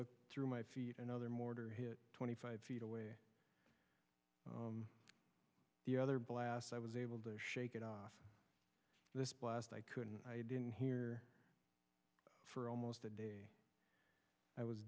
looked through my feet another mortar hit twenty five feet away the other blast i was able to shake it off this blast i couldn't i didn't hear it for almost a day i was